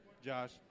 Josh